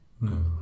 No